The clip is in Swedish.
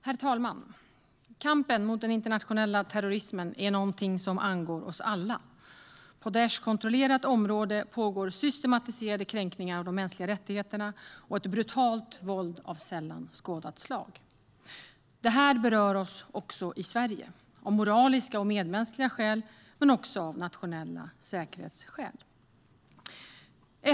Herr talman! Kampen mot den internationella terrorismen är någonting som angår oss alla. På Daishkontrollerat område pågår systematiserade kränkningar av de mänskliga rättigheterna och ett brutalt våld av sällan skådat slag. Det här berör oss också i Sverige, av moraliska och medmänskliga skäl men också av nationella säkerhetsskäl.